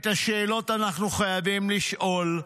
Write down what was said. את השאלות אנחנו חייבים לשאול,